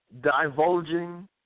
divulging